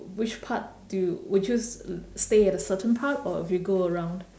which part do would you stay at a certain part or you go around